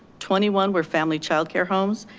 twenty one were family childcare homes,